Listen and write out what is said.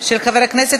חבר הכנסת